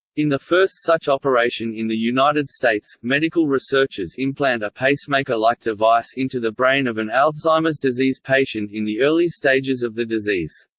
in the first such operation in the united states, medical researchers implant a pacemaker-like device into the brain of an alzheimer's disease patient in the early stages of the disease.